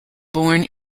born